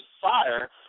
fire